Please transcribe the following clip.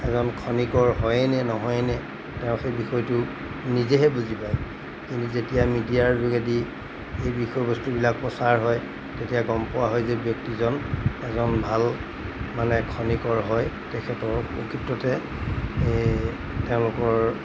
এজন খনিকৰ হয়েইনে নহয়েইনে তেওঁ সেই বিষয়টো নিজেহে বুজি পায় কিন্তু যেতিয়া মিডিয়াৰ যোগেদি এই বিষয়বস্তুবিলাক প্ৰচাৰ হয় তেতিয়া গম পোৱা হয় যে ব্যক্তিজন এজন ভাল মানে খনিকৰ হয় তেখেতৰ প্ৰকৃততে তেওঁলোকৰ